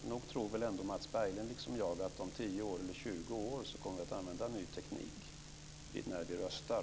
Nog tror väl Mats Berglind liksom jag att vi om 10 eller 20 år kommer att använda ny teknik när vi röstar?